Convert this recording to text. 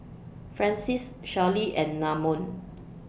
Francies Shelli and Namon